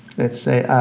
let's say,